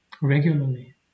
regularly